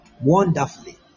wonderfully